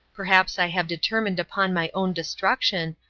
perhaps i have determined upon my own destruction,